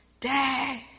Dad